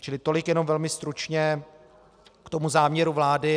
Čili tolik jenom velmi stručně k tomu záměru vlády.